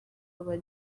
aho